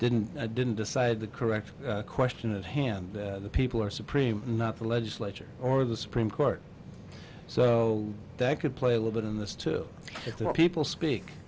didn't didn't decide the correct question at hand the people are supreme not the legislature or the supreme court so that could play a little bit in this to people speak